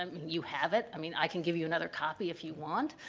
um you have it. i mean, i can give you another copy if you want.